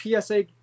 PSA